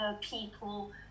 people